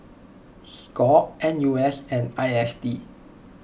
Score N U S and I S D